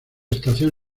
estación